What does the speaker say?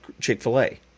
Chick-fil-A